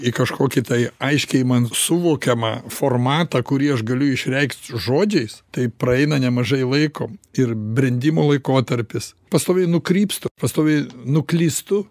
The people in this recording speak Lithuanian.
į kažkokį tai aiškiai man suvokiamą formatą kurį aš galiu išreikšt žodžiais tai praeina nemažai laiko ir brendimo laikotarpis pastoviai nukrypstu pastovi nuklystu